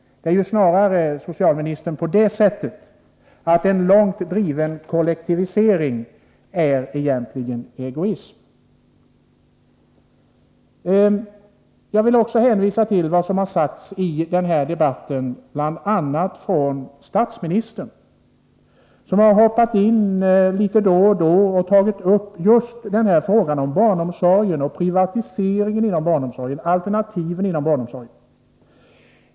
Det är snarare, socialministern, så att en långt driven kollektivisering tillprivata daghem, egentligen är egoism. PLIAS Jag vill också hänvisa till vad som sagts i debatten av statsministern, som har hoppat in litet då och då och tagit upp just frågan om barnomsorgen och privatiseringen och alternativen inom barnomsorgen.